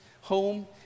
home